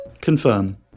Confirm